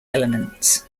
elements